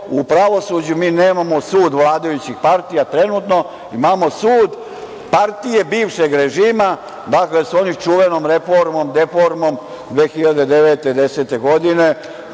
u pravosuđu mi nemamo sud vladajućih partija trenutno, imamo sud partije bivšeg režima, dakle sa onom čuvenom reformom, deformom 2009, 2010. godine